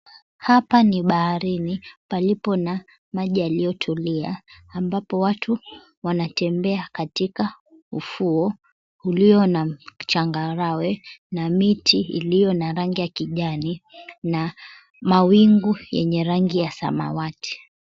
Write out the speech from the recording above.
Hapa ni baharini, palipo na maji yaliotulia ambapo watu wanatembea katika ufuo ulio na changarawe na miti iliyo na rangi ya kijani na mawingu yenye rangi ya samawati.